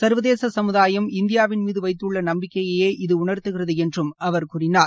சா்வதேச சமுதாயம் இந்தியாவின் மீது வைத்துள்ள நம்பிக்கையையே இது உணர்த்துகிறது என்றும் அவர் கூறினார்